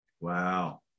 Wow